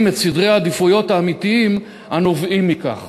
את סדרי העדיפויות האמיתיים הנובעים מכך.